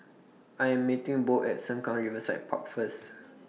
I Am meeting Bo At Sengkang Riverside Park First